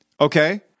Okay